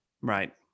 right